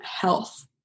health